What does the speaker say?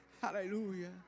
Hallelujah